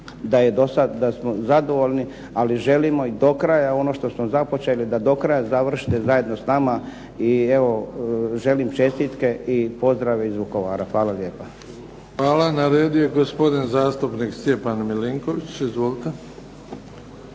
da smo zadovoljni, ali želimo i do kraja ono što smo započeli da do kraja završite zajedno s nama i evo, želim čestitke i pozdrave iz Vukovara. Hvala lijepo. **Bebić, Luka (HDZ)** Hvala. Na redu je gospodin zastupnik Stjepan Milinković. Izvolite.